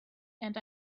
and